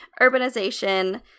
urbanization